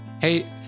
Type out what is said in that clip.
Hey